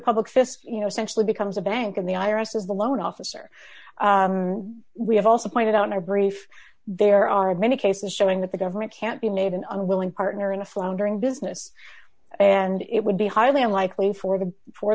public fisc you know centrally becomes a bank and the i r s as the loan officer we have also pointed out in our brief there are many cases showing that the government can't be made an unwilling partner in a floundering business and it would be highly unlikely for the for